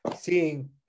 seeing